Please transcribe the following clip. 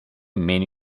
meno